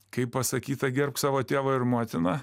kaip pasakyta gerbk savo tėvą ir motiną